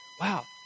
wow